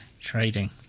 trading